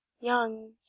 young